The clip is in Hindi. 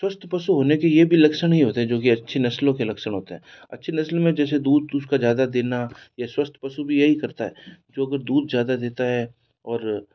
स्वस्थ पशु होने के ये भी लक्षण ही होते हैं जो कि अच्छी नस्लों के लक्षण होते हैं अच्छी नस्ल में जैसे दूध उसका ज़्यादा देना यह स्वस्थ पशु भी यही करता है जो अगर दूध ज़्यादा देता है और